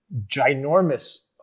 ginormous